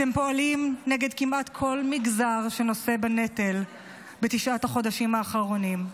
אתם פועלים נגד כמעט כל מגזר שנושא בנטל בתשעת החודשים האחרונים,